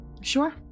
sure